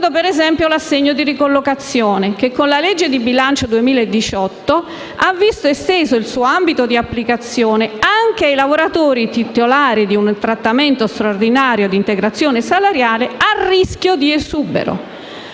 per esempio - l'assegno di ricollocazione che, con la legge di bilancio 2018, ha visto esteso il suo ambito di applicazione anche ai lavoratori titolari di un trattamento straordinario di integrazione salariale a rischio di esubero.